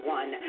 one